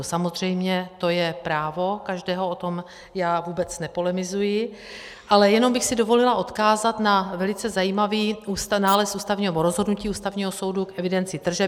Samozřejmě to je právo každého, o tom já vůbec nepolemizuji, ale jenom bych si dovolila odkázat na velice zajímavý nález nebo rozhodnutí Ústavního soudu k evidenci tržeb.